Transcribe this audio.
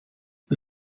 the